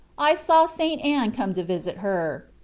i saw st. anne come to visit her.